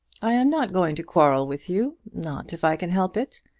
i am not going to quarrel with you not if i can help it.